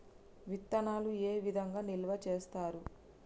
విత్తనాలు ఏ విధంగా నిల్వ చేస్తారు?